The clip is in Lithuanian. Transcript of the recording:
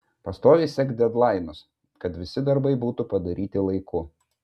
pastoviai sek dedlainus kad visi darbai būtų padaryti laiku